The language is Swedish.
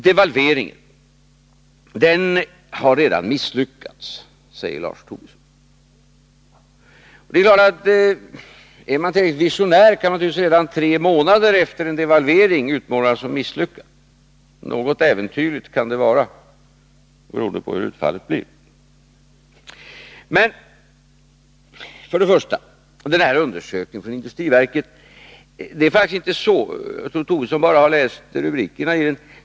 Devalveringen har redan misslyckats, säger Lars Tobisson. Är man tillräckligt visionär kan man naturligtvis redan tre månader efter en devalvering utmåla den som misslyckad. Något äventyrligt kan det vara, beroende på hur utfallet blir. När det gäller undersökningen från industriverket tror jag att Lars Tobisson bara har läst rubrikerna.